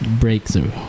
Breakthrough